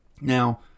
Now